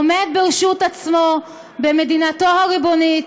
העומד ברשות עצמו במדינתו הריבונית,